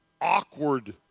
awkward